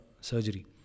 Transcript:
surgery